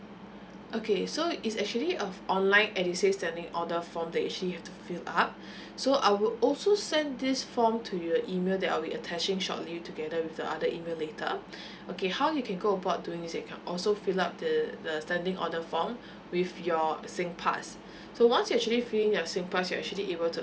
okay so is actually a online edusave standing order form that you actually have to fill up so I will also send this form to your email that I will be attaching shortly together with the other email later okay how you can go about doing this you can also fill up the the standing order form with your singpass so once you actually filling your singpass you actually able to